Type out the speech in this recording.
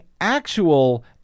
actual